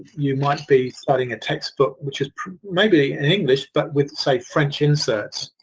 you might be studying a textbook which is maybe in english but with say, french inserts,